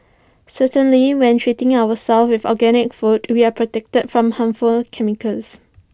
certainly when treating ourselves with organic food we are protected from harmful chemicals